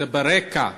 זה ברק"ע.